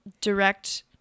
direct